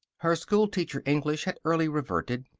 her schoolteacher english had early reverted.